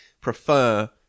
prefer